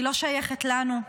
היא לא שייכת לנו.